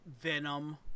Venom